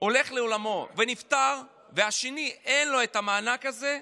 הולך לעולמו ונפטר ולשני אין המענק הזה,